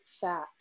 fat